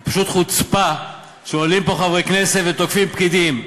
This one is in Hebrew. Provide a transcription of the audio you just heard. זו פשוט חוצפה שעולים פה חברי כנסת ותוקפים פקידים.